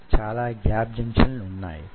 మీరు ఇక్కడ నిలబడి వున్నారనుకుందాం